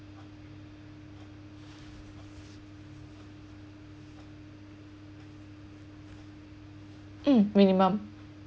mm minimum